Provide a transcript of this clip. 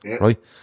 right